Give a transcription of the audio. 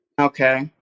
Okay